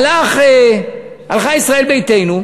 הלכה ישראל ביתנו,